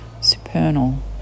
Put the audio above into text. supernal